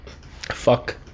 Fuck